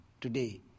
today